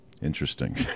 interesting